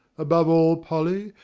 above all, polly,